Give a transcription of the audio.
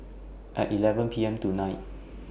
At eleven P M tonight